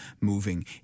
moving